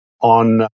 on